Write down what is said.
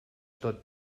tot